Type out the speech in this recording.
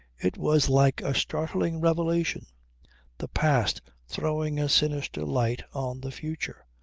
it was like a startling revelation the past throwing a sinister light on the future.